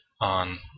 on